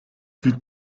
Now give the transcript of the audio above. plus